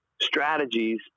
strategies